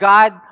God